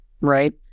right